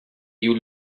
you